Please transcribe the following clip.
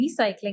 recycling